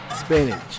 spinach